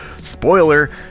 spoiler